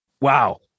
Wow